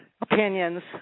opinions